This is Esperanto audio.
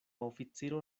oficiro